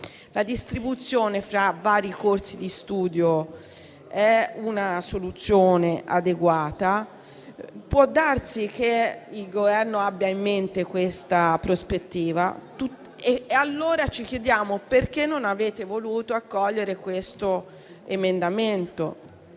La distribuzione fra vari corsi di studio è una soluzione adeguata. Può darsi che il Governo abbia in mente questa prospettiva e, quindi, ci chiediamo perché non avete voluto accogliere questo emendamento,